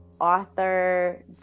author